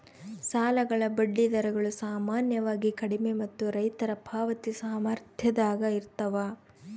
ಸಾಲಗಳ ಬಡ್ಡಿ ದರಗಳು ಸಾಮಾನ್ಯವಾಗಿ ಕಡಿಮೆ ಮತ್ತು ರೈತರ ಪಾವತಿ ಸಾಮರ್ಥ್ಯದಾಗ ಇರ್ತವ